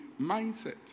Mindset